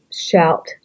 shout